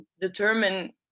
determine